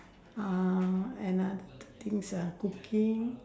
um another two things ah cooking